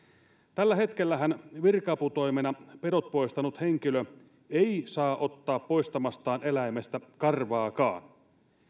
tällä hetkellähän virka aputoimena pedot poistanut henkilö ei saa ottaa poistamastaan eläimestä karvaakaan